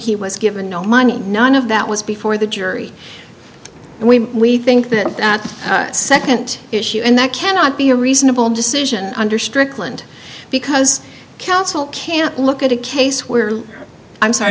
he was given oh my none of that was before the jury and we think that that second issue and that cannot be a reasonable decision under strickland because counsel can't look at a case where i'm sorry